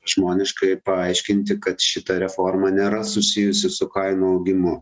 žmoniškai paaiškinti kad šita reforma nėra susijusi su kainų augimu